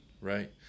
right